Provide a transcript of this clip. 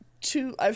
two